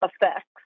effects